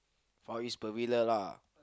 Far East Pavilion lah